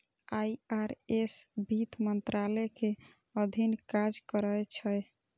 IRS वित्त मंत्रालय के अधीन काज करै छै